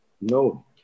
No